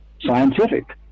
scientific